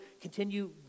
continue